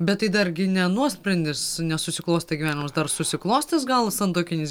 bet tai dargi ne nuosprendis nesusiklostė gyvenimas dar susiklostys gal santuokinis